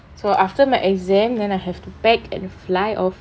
so after my exam then I have to pack and fly off